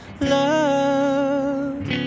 love